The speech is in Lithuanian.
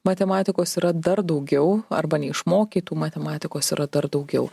matematikos yra dar daugiau arba neišmokytų matematikos yra dar daugiau